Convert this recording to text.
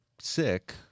sick